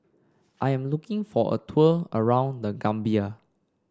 I'm looking for a tour around The Gambia